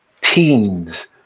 teams